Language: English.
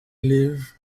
live